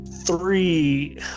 three